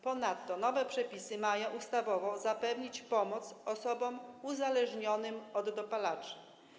Ponadto nowe przepisy mają ustawowo zapewnić pomoc osobom uzależnionym od dopalaczy.